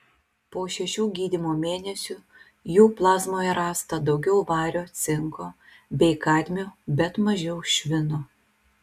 po šešių gydymo mėnesių jų plazmoje rasta daugiau vario cinko bei kadmio bet mažiau švino